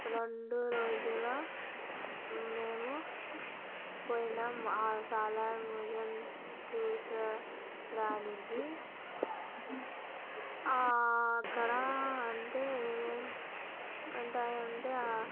రెండు రోజుల మేము పోయినాం ఆ సాలార్ మ్యూజియం చూసిన దానికి అక్కడ అంటే ఏమేం అంటే అంటే